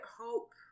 hope